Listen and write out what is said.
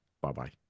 bye-bye